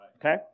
Okay